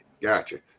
Gotcha